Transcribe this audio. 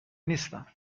نیستم